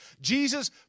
Jesus